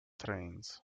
trains